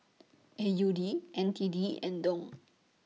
A U D N T D and Dong